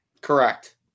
Correct